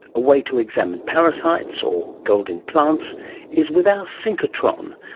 a way to examine parasites or gold in plants is with our synchrotron,